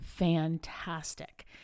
fantastic